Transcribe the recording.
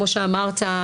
כמו שאמרת,